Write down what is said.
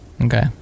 okay